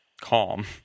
calm